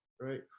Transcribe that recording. right